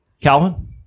Calvin